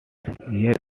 ear